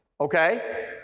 Okay